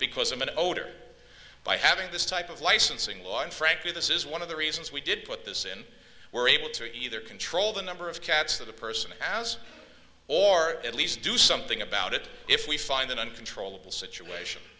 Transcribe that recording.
because of an odor by having this type of licensing law and frankly this is one of the reasons we did put this in we're able to either control the number of cats of the person house or at least do something about it if we find an uncontrollable situation